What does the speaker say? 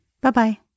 Bye-bye